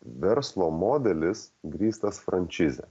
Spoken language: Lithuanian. verslo modelis grįstas frančize